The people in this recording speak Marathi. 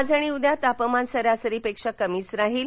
आज आणि उद्या तापमान सरासरी पेक्षा कमीच राहील